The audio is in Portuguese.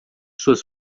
suas